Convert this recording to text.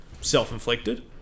self-inflicted